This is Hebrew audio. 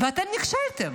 ואתם נכשלתם.